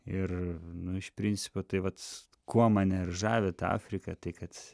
ir iš principo tai vat kuo mane ir žavi ta afrika tai kad